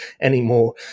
anymore